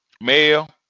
male